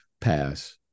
pass